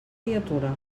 criatura